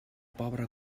pobra